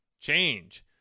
change